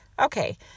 Okay